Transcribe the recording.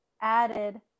added